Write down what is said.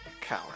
Coward